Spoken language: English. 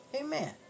Amen